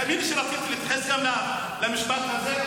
תאמין לי שרציתי להתייחס גם למשפט הזה,